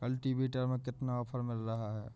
Cultivator में कितना offer मिल रहा है?